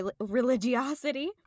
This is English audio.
religiosity